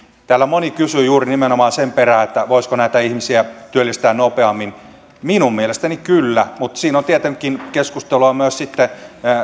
täällä moni kysyi juuri nimenomaan sen perään voisiko näitä ihmisiä työllistää nopeammin minun mielestäni kyllä mutta siinä on tietenkin keskustelua myös sitten